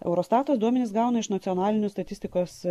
eurostatas duomenis gauna iš nacionalinių statistikos